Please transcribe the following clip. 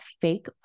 fake